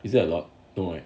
is that a lot no eh